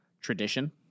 tradition